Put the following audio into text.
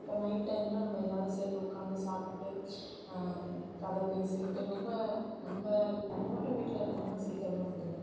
இப்போ நைட் டைமில் நம்ம எல்லோரும் சேர்ந்து உட்காந்தோம் சாப்பிட்டுட்டு கதை பேசிக்கிட்டு ரொம்ப நம்ம நம்ம மட்டும் வீட்டில் இருந்தோம்னா சீக்கிரமாக தூங்கலாம்